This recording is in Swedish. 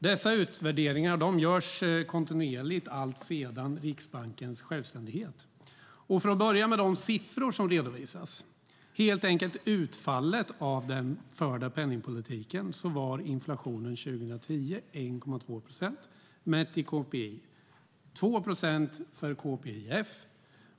Dessa utvärderingar görs kontinuerligt alltsedan Riksbankens självständighet, och för att börja med de siffror som redovisas, helt enkelt utfallet av den förda penningpolitiken, var inflationen 1,2 procent 2010 mätt i KPI och 2 procent för KPIF.